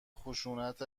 خشونت